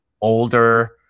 older